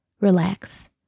Relax